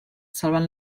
salvant